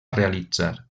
realitzar